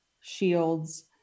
shields